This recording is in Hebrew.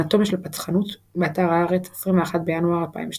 אנטומיה של פצחנות, באתר הארץ, 21 בינואר 2012